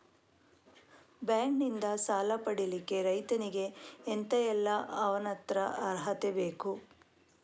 Bank ನಿಂದ ಸಾಲ ಪಡಿಲಿಕ್ಕೆ ರೈತನಿಗೆ ಎಂತ ಎಲ್ಲಾ ಅವನತ್ರ ಅರ್ಹತೆ ಬೇಕು?